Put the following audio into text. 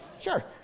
sure